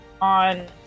on